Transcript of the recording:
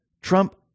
Trump